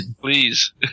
Please